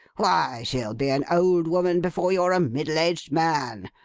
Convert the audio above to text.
why, she'll be an old woman before you're a middle-aged man!